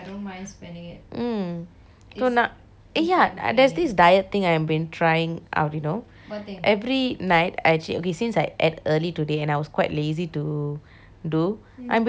eh ya there's this diet thing I have been trying out you know every night I actually okay since I ate early today and I was quite lazy to do I've been doing this bowl recipe